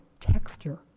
texture